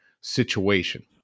situation